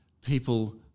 people